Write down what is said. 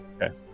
Yes